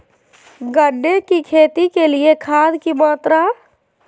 गन्ने की खेती के लिए खाद की मात्रा?